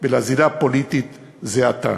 ולזירה הפוליטית זה עתה,